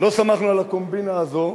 לא שמחנו על הקומבינה הזאת,